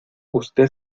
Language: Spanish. usted